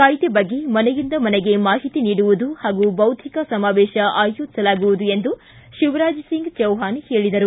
ಕಾಯ್ದೆ ಬಗ್ಗೆ ಮನೆಯಿಂದ ಮನೆಗೆ ಮಾಹಿತಿ ನೀಡುವುದು ಹಾಗೂ ಬೌದ್ದಿಕ ಸಮಾವೇಶ ಆಯೋಜಿಸಲಾಗುವುದು ಎಂದು ಶಿವರಾಜ್ಸಿಂಗ್ ಚೌಹಾನ್ ಹೇಳಿದರು